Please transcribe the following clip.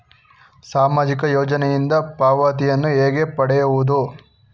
ಸಾಮಾಜಿಕ ಯೋಜನೆಯಿಂದ ಪಾವತಿಯನ್ನು ಹೇಗೆ ಪಡೆಯುವುದು?